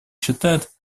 считает